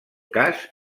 cas